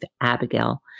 Abigail